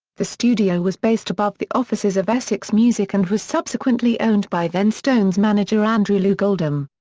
the studio was based above the offices of essex music and was subsequently owned by then stones manager andrew loog oldham.